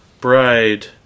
Bride